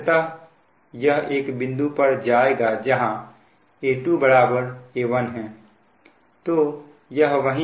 अंततः यह एक बिंदु पर जाएगा जहां A2 A1 हैं